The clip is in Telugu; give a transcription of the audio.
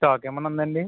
స్టాక్ ఏమైనా ఉందా అండి